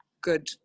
good